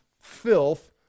filth